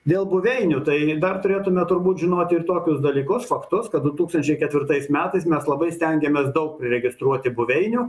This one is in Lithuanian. dėl buveinių tai dar turėtume turbūt žinoti ir tokius dalykus faktus kad du tūkstančiai ketvirtais metais mes labai stengėmės daug priregistruoti buveinių